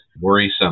worrisome